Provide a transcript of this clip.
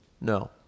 No